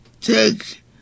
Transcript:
take